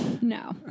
No